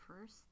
first